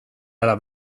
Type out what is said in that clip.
ala